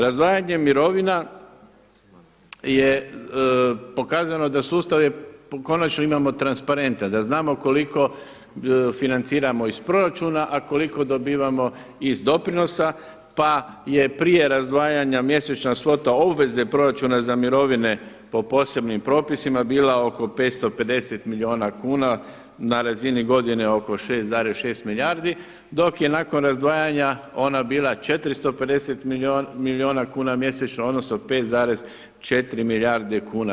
Razdvajanjem mirovina je pokazano da sustave konačno imamo transparentne, da znamo koliko financiramo iz proračuna a koliko dobivamo iz doprinosa pa je prije razdvajanja mjesečna svota obveze proračuna za mirovine po posebnim propisima bila oko 550 milijuna kuna, na razini godine oko 6,6 milijardi dok je nakon razdvajanja ona bila 450 milijuna kuna mjesečno odnosno 5,4 milijarde kuna.